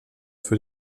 für